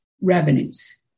revenues